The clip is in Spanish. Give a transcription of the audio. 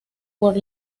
por